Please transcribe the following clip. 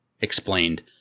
explained